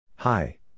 Hi